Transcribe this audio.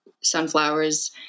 sunflowers